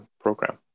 program